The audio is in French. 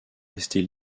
restée